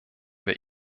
wir